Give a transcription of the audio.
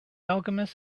alchemist